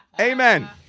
Amen